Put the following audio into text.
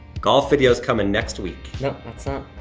golf videos coming next week. nope, that's not.